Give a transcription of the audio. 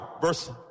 Verse